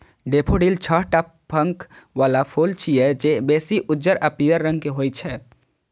daffodil छह टा पंख बला फूल छियै, जे बेसी उज्जर आ पीयर रंग के होइ छै